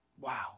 Wow